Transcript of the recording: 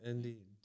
Indeed